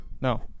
no